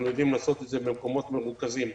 יודעים לעשות את זה במקומות מרוכזים.